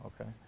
Okay